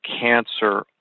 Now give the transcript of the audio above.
cancer